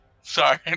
Sorry